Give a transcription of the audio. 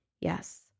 Yes